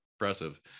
impressive